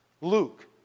Luke